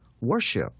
worship